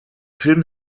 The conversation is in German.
film